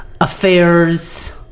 affairs